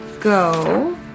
go